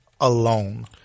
alone